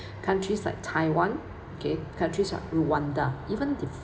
countries like taiwan okay countries like rwanda even if